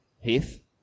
Heath